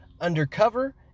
undercover